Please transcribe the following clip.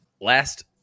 Last